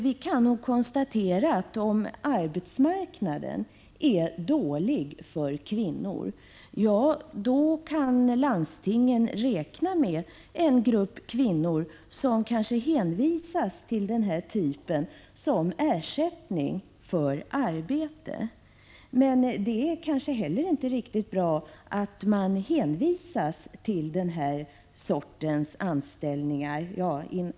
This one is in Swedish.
Vi kan konstatera att om arbetsmarknaden för kvinnor är dålig, då kan landstingen räkna med att en grupp kvinnor låter sig hänvisas till den här typen av vårdaruppgift som ersättning för anställning. Men det är kanske heller inte riktigt bra att de hänvisas till den sortens ”anställning”.